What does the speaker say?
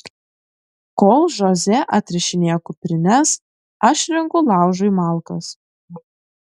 kol žoze atrišinėja kuprines aš renku laužui malkas